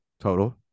total